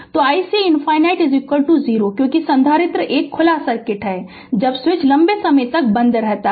तो आईसी ∞ 0 क्योंकि संधारित्र एक खुला सर्किट होगा जब स्विच लंबे समय तक बंद रहता है